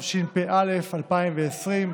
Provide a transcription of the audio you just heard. התשפ"א 2020,